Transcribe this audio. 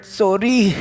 sorry